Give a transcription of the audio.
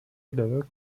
little